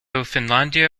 finlandia